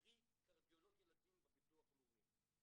קרי: קרדיולוג ילדים בביטוח לאומי.